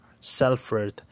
self-worth